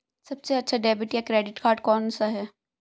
सबसे अच्छा डेबिट या क्रेडिट कार्ड कौन सा है?